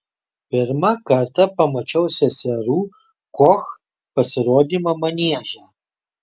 pirmą kartą pamačiau seserų koch pasirodymą manieže